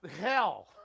hell